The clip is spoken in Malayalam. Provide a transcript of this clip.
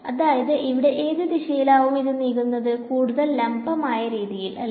അതായത് ഇവിടെ ഏത് ദിശയിലാവാം ഇത് നീങ്ങുന്നത് കൂടുതൽ ലാംബമായ രീതിയിൽ അല്ലേ